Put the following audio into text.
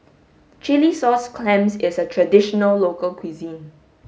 chilli sauce clams is a traditional local cuisine